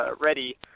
ready